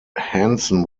hanson